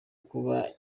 kuba